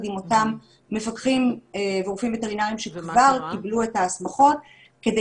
עם אותם מפקחים ורופאים וטרינריים שכבר קיבלו את ההסמכות כדי